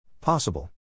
Possible